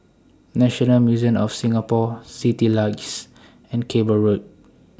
National Museum of Singapore Citylights and Cable Road